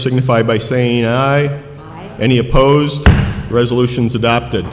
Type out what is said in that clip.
signify by saying any opposed resolutions adopted